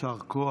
יישר כוח.